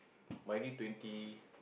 Maidy twenty